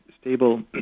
stable